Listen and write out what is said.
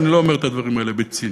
ואני לא אומר את הדברים האלה בציניות.